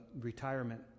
retirement